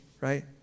right